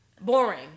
boring